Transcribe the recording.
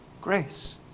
grace